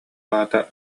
аата